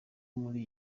muri